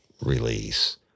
release